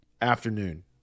afternoon